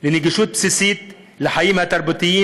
לנגישות בסיסית של החיים התרבותיים,